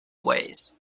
ways